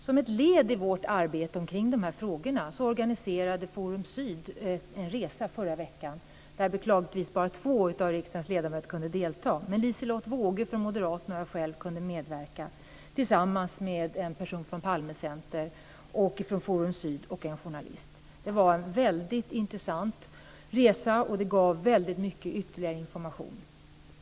Som ett led i vårt arbete kring de här frågorna organiserade Forum Syd en resa förra veckan. Beklagligtvis kunde bara två av riksdagens ledamöter delta i den. Liselotte Wågö från Moderaterna och jag själv kunde medverka tillsammans med en person från Det var en väldigt intressant resa som gav väldigt mycket ytterligare information.